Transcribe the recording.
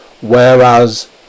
whereas